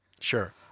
sure